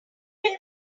will